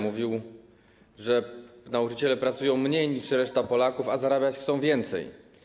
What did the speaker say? Mówił, że nauczyciele pracują mniej niż reszta Polaków, a zarabiać chcą więcej.